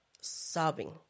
sobbing